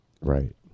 Right